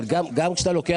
אבל גם כשאתה לוקח,